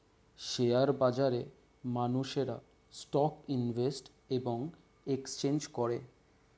share বাজারে মানুষেরা stock invest এবং এক্সচেঞ্জ করে